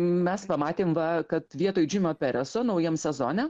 mes pamatėm va kad vietoj džimio pereso naujam sezone